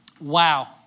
Wow